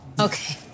Okay